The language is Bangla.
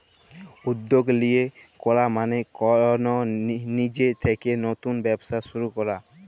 উদ্যগ লিয়ে ক্যরা মালে কল লিজে থ্যাইকে লতুল ব্যবসা শুরু ক্যরা